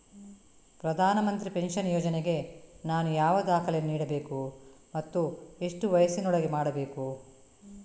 ಪ್ರಧಾನ ಮಂತ್ರಿ ಪೆನ್ಷನ್ ಯೋಜನೆಗೆ ನಾನು ಯಾವ ದಾಖಲೆಯನ್ನು ನೀಡಬೇಕು ಮತ್ತು ಎಷ್ಟು ವಯಸ್ಸಿನೊಳಗೆ ಮಾಡಬೇಕು?